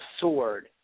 sword